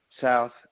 south